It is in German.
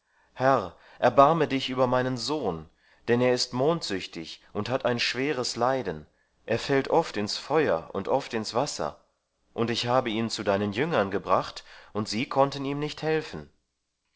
herr erbarme dich über meinen sohn denn er ist mondsüchtig und hat ein schweres leiden er fällt oft ins feuer und oft ins wasser und ich habe ihn zu deinen jüngern gebracht und sie konnten ihm nicht helfen